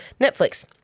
Netflix